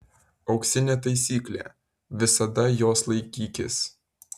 auksinė taisyklė visada jos laikykis